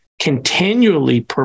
continually